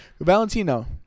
Valentino